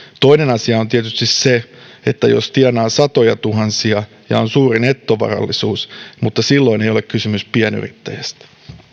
toinen asia on tietysti se jos tienaa satojatuhansia ja on suuri nettovarallisuus mutta silloin ei ole kysymys pienyrittäjästä